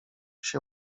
się